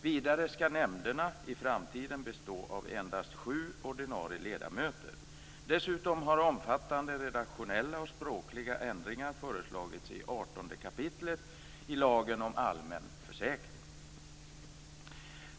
Vidare skall nämnderna i framtiden bestå av endast sju ordinarie ledamöter. Dessutom har omfattande redaktionella och språkliga ändringar föreslagits i artonde kapitlet i lagen om allmän försäkring.